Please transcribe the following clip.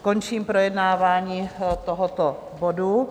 Končím projednávání tohoto bodu.